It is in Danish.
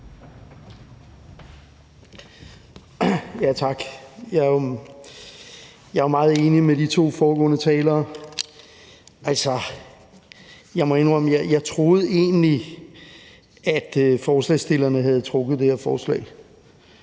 Tak. Jeg er jo meget enig med de to foregående talere. Altså, jeg må indrømme, at jeg troede egentlig, at forslagsstillerne havde trukket det her forslag.